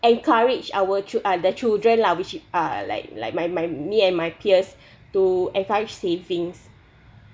encourage our chil~ uh the children lah which uh like like my my me and my peers to encourage savings